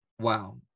wow